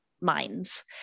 minds